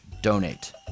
donate